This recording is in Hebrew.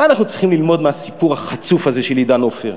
מה אנחנו צריכים ללמוד מהסיפור החצוף הזה של עידן עופר?